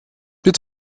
wird